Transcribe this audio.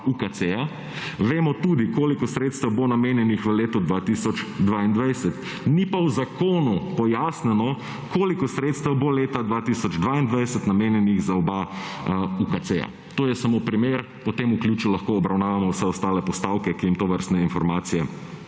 Vemo tudi koliko sredstev bo namenjenih v letu 2022. Ni pa v zakonu pojasnjeno koliko sredstev bo leta 2022 namenjenih za oba UKC-ja. To je samo primer. Po temu ključu lahko obravnavamo vse ostale postavke, ki jim tovrstne informacije